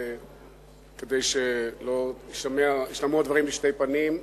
כדי שלא ישתמעו הדברים לשתי פנים,